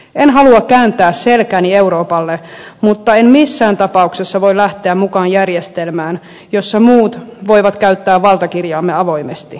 en halua kääntää selkääni euroopalle mutta en missään tapauksessa voi lähteä mukaan järjestelmään jossa muut voivat käyttää valtakirjaamme avoimesti